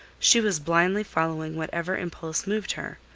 she was blindly following whatever impulse moved her,